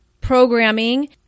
programming